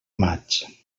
maig